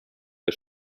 der